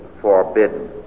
forbidden